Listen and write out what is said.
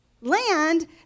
Land